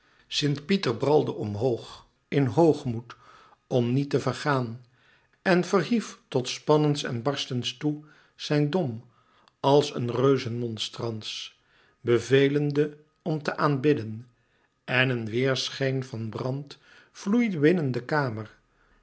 sint pieter bralde omhoog in hoogmoed om niet te vergaan en verhief tot spannens en barstens toe zijn dom als een reuzenmonstrans bevelende om te aanbidden en een weêrschijn van brand vloeide binnen de kamer